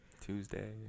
Tuesday